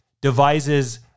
devises